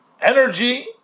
energy